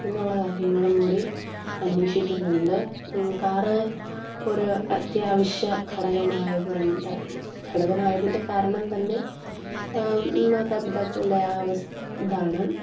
എന്നുള്ള കാര്യങ്ങളും കൂടി അന്വേഷിക്കുന്നുണ്ട് കാറ് ഒരു അത്യാവശ്യ ഘടകമായത് കൊണ്ട് ഘടകമായതിൻ്റെ കാരണം തന്നെ ആ മാതാപിതാക്കളുടെ ആ അവസ് ഇതാണ്